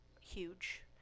huge